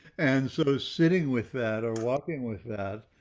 and so sitting with that, or walking with that,